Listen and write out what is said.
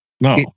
No